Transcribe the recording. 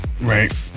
right